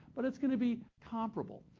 but it's going to be comparable.